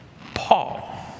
Paul